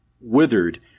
withered